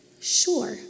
sure